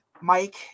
Mike